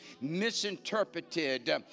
misinterpreted